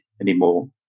anymore